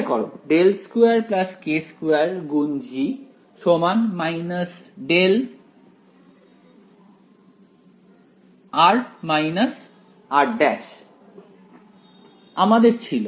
মনে করো ∇2 k2g δr r′ আমাদের ছিল